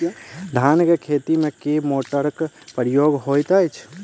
धान केँ खेती मे केँ मोटरक प्रयोग होइत अछि?